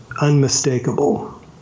unmistakable